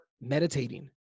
meditating